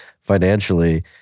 financially